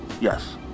Yes